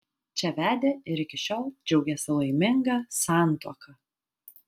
čia vedė ir iki šiol džiaugiasi laiminga santuoka